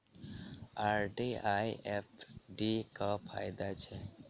RD आ FD क की फायदा छै?